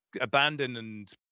abandoned